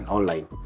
Online